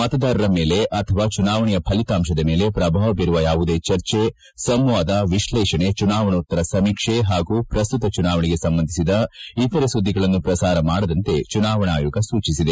ಮತದಾರರ ಮೇಲೆ ಅಥವಾ ಚುನಾವಣೆಯ ಫಲಿತಾಂಶದ ಮೇಲೆ ಪ್ರಭಾವ ಬೀರುವ ಯಾವುದೇ ಚರ್ಚೆ ಸಂವಾದ ವಿಶ್ಲೇಷಣೆ ಚುನಾವಣೋತ್ತರ ಸಮೀಕ್ಷೆ ಪಾಗೂ ಪ್ರಸ್ತುತ ಚುನಾವಣೆಗೆ ಸಂಬಂಧಿಸಿದ ಇತರೆ ಸುದ್ದಿಗಳನ್ನು ಪ್ರಸಾರ ಮಾಡದಂತೆ ಚುನಾವಣಾ ಆಯೋಗ ಸೂಚಿಸಿದೆ